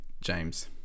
James